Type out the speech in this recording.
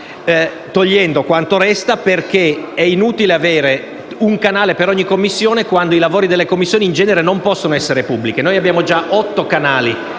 togliendo quanto resta, perché è inutile avere un canale per ogni Commissione quando i lavori delle Commissioni in genere non possono essere pubblici. Abbiamo già otto canali